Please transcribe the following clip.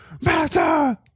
Master